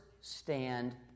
stand